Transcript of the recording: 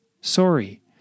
Sorry